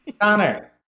Connor